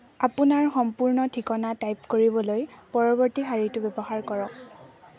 আপোনাৰ সম্পূৰ্ণ ঠিকনা টাইপ কৰিবলৈ পৰৱৰ্তী শাৰীটো ব্যৱহাৰ কৰক